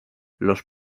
los